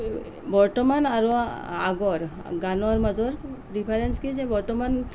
বৰ্তমান আৰু আগৰ গানৰ মাজৰ ডিফাৰেঞ্চ কি যে বৰ্তমান